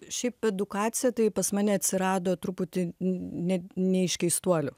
šiaip edukacija tai pas mane atsirado truputį ne ne iš keistuolių